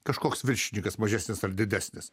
kažkoks viršininkas mažesnis ar didesnis